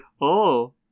oh-